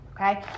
okay